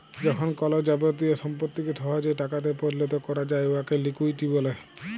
যখল কল যাবতীয় সম্পত্তিকে সহজে টাকাতে পরিলত ক্যরা যায় উয়াকে লিকুইডিটি ব্যলে